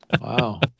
Wow